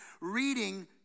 reading